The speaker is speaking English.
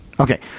Okay